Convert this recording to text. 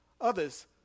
others